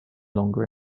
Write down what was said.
longer